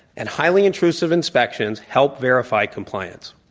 and highly intrusive inspections help verify compliance.